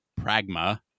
pragma